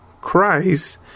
Christ